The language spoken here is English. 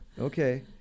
Okay